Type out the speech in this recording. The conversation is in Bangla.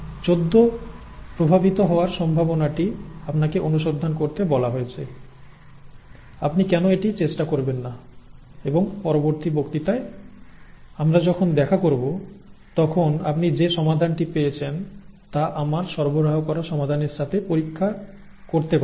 14 প্রভাবিত হওয়ার সম্ভাবনাটি আপনাকে অনুসন্ধান করতে বলা হয়েছে আপনি কেন এটি চেষ্টা করবেন না এবং পরবর্তী বক্তৃতায় আমরা যখন দেখা করব তখন আপনি যে সমাধানটি পেয়েছেন তা আমার সরবরাহ করা সমাধানের সাথে পরীক্ষা করতে পারেন